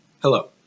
Hello